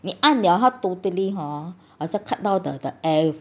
你按了它 totally 好像 cut 掉 the air